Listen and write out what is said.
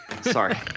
Sorry